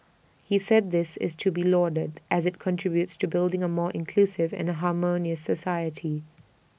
he said this is to be lauded as IT contributes to building A more inclusive and A harmonious society